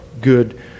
good